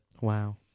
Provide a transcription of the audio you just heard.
Wow